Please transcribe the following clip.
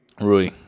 Rui